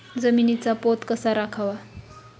जमिनीचा पोत कसा राखावा?